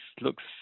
looks